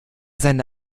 seine